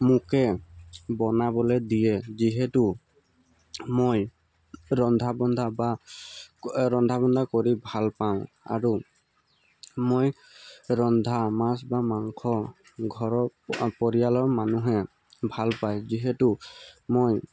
মোকে বনাবলে দিয়ে যিহেতু মই ৰন্ধা বন্ধা বা ৰন্ধা তন্ধা কৰি ভাল পাওঁ আৰু মই ৰন্ধা মাছ বা মাংস ঘৰত পৰিয়ালৰ মানুহে ভাল পায় যিহেতু মই